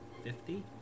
Fifty